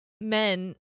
men